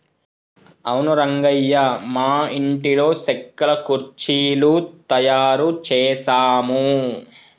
అవును రంగయ్య మా ఇంటిలో సెక్కల కుర్చీలు తయారు చేసాము